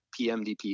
PMDP